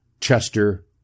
Chester